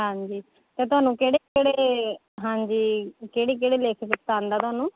ਹਾਂਜੀ ਅਤੇ ਤੁਹਾਨੂੰ ਕਿਹੜੇ ਕਿਹੜੇ ਹਾਂਜੀ ਕਿਹੜੇ ਕਿਹੜੇ ਲੇਖਕ ਪਸੰਦ ਆ ਤੁਹਾਨੂੰ